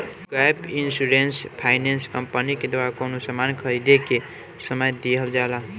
gap insurance finance company के द्वारा कवनो सामान के खरीदें के समय दीहल जाला